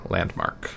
Landmark